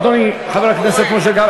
אדוני חבר הכנסת משה גפני,